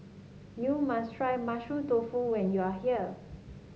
you must try Mushroom Tofu when you are here